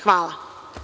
Hvala.